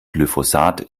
glyphosat